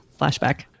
flashback